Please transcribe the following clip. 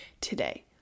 today